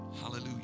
hallelujah